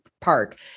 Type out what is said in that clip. park